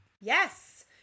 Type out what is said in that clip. Yes